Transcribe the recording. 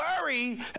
worry